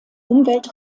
umwelt